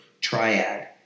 triad